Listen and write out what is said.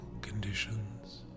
conditions